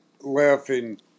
laughing